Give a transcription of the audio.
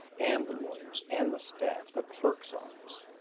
and the lawyers, and the staff the clerk's office.